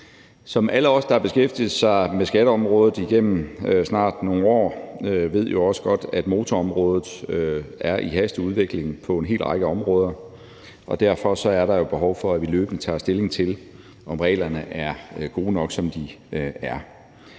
her. Alle os, der har beskæftiget sig med skatteområdet igennem snart nogle år, ved jo også godt, at motorområdet er i hastig udvikling på en hel række områder. Derfor er der behov for, at vi løbende tager stilling til, om reglerne er gode nok, som de er.